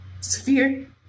Sphere